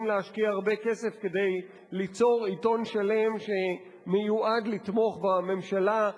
להשקיע הרבה כסף כדי ליצור עיתון שלם שמיועד לתמוך בממשלה,